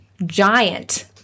Giant